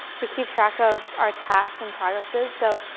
to keep track of our tasks and progresses. so,